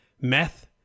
meth